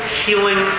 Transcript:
healing